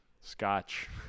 scotch